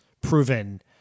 proven